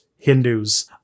Hindus